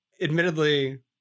Admittedly